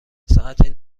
ساعت